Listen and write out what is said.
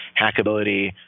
hackability